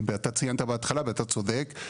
וציינת בהתחלה ואתה צודק,